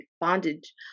bondage